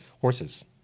Horses